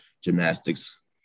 gymnastics